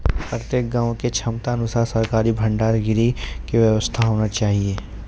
प्रत्येक गाँव के क्षमता अनुसार सरकारी भंडार गृह के व्यवस्था होना चाहिए?